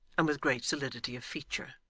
and with great solidity of feature.